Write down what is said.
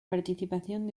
participación